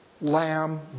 lamb